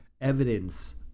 evidence